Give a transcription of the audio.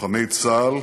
לוחמי צה"ל